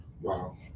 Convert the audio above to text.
Wow